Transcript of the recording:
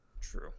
True